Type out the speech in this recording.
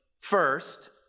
first